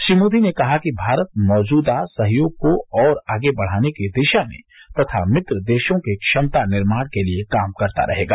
श्री मोदी ने कहा कि भारत मौजूदा सहयोग को और आगे बढ़ाने की दिशा में तथा मित्र देशों के क्षमता निर्माण के लिए काम करता रहेगा